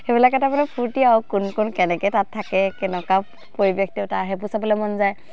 সেইবিলাকে তাৰমানে ফূৰ্তি আৰু কোন কোন কেনেকৈ তাত থাকে কেনেকুৱা পৰিৱেশ তেও তাৰ সেইবোৰ চাবলৈ মন যায়